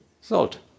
salt